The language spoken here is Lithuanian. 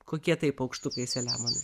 kokie tai paukštukai selemonai